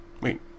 Wait